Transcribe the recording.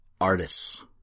artists